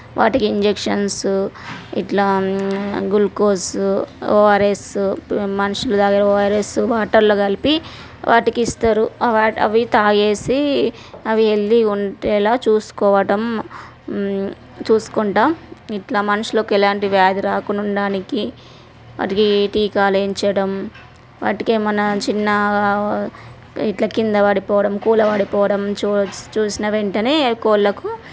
వాటికి ఇంజక్షన్సు ఇట్లా glucose ORS మనుషులు తాగే ఓఆర్ఎస్సు వాటర్లో కలిపి వాటికి ఇస్తారు అవి త్రాగేసి అవి వెళ్ళి ఉండేలా చూసుకోవటం చూసుకుంటాము ఇట్లా మనుషులకు ఎలాంటి వ్యాధి రాకుండా ఉండటానికి వాటికి టీకాలు వేయించటం వాటికి ఏమైనా చిన్న ఇట్లా క్రింద పడిపోవడం కూలపడిపోవడం చూసిన వెంటనే కోళ్ళకు